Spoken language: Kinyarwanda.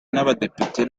n’abadepite